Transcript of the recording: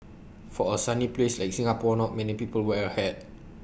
for A sunny place like Singapore not many people wear A hat